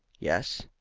yes.